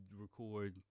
record